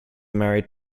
married